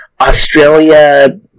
Australia